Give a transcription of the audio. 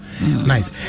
nice